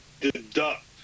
deduct